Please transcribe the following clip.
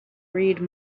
read